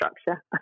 structure